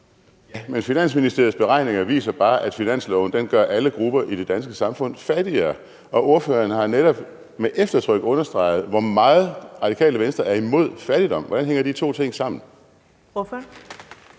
Men Finansministeriets beregninger viser bare, at finansloven gør alle grupper i det danske samfund fattigere, og ordføreren har netop med eftertryk understreget, hvor meget Radikale Venstre er imod fattigdom. Hvordan hænger de to ting sammen? Kl.